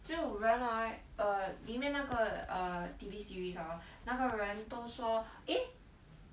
只有人 ha err 里面那个 err T_V series hor 那个人都说 eh